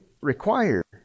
require